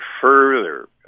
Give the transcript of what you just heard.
further